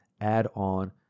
add-on